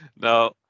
Now